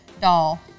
Doll